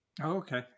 Okay